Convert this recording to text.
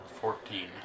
Fourteen